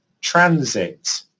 transit